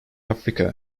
africa